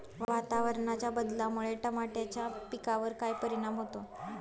वातावरणाच्या बदलामुळे टमाट्याच्या पिकावर काय परिणाम होतो?